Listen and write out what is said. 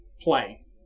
play